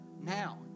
now